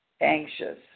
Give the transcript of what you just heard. anxious